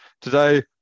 today